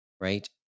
right